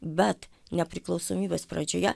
bet nepriklausomybės pradžioje